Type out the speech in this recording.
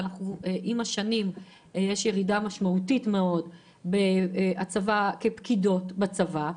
עם השנים יש ירידה משמעותית של הצבת פקידות בצבא,